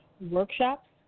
workshops